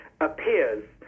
appears